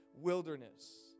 wilderness